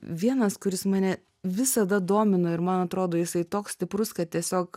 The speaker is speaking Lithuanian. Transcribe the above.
vienas kuris mane visada domina ir man atrodo jisai toks stiprus kad tiesiog